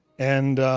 and,